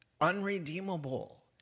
unredeemable